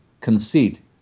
conceit